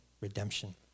redemption